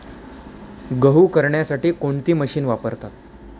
गहू करण्यासाठी कोणती मशीन वापरतात?